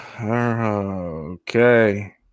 Okay